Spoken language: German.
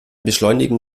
beschleunigen